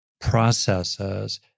processes